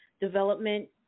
development